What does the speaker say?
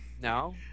No